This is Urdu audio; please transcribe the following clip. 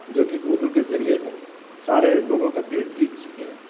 جوکہ اردو کے ذریعے سارے لوگوں کا دل جیت چکے ہیں